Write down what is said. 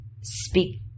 speak